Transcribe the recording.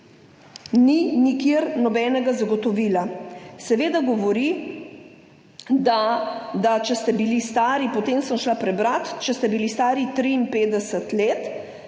ni nikjer nobenega zagotovila. Seveda govori, da, da če ste bili stari, potem sem šla prebrat, če ste bili stari 53 let,